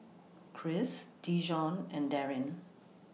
Chris Dijon and Daryn